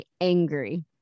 angry